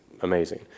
amazing